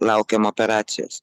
laukiam operacijos